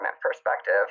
perspective